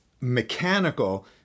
mechanical